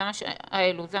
זה מה שאני שואלת.